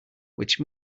which